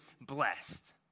blessed